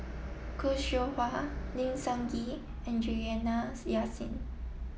Khoo Seow Hwa Lim Sun Gee and Juliana Yasin